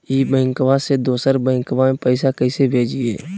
ई बैंकबा से दोसर बैंकबा में पैसा कैसे भेजिए?